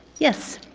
yes?